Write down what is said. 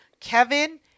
Kevin